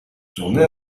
tourné